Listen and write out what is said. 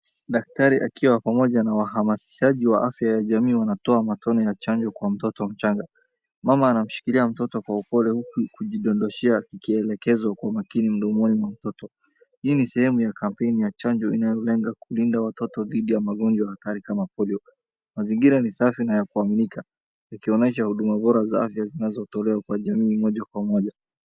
Daktari akiwa pamoja na wahamasishaji wa afya ya jamii wanatoa matone ya chanjo kwa mtoto mchanga. Mama anamshikilia mtoto kwa upole huku kujidondoshea ikielekezwa kwa makini mdomoni mwa mtoto. Hii ni sehemu ya kampeni ya chanjo inayolenga kulinda watoto dhidi ya magonjwa hatari kama polio. Mazingira ni safi na ya kuaminika, ikionyesha huduma bora za afya zinazotolewa kwa jamii moja kwa moja.